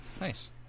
Nice